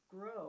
grow